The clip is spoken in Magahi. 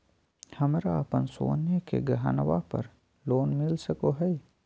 हमरा अप्पन सोने के गहनबा पर लोन मिल सको हइ?